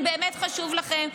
אם באמת חשוב לכם,